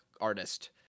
artist